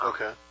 Okay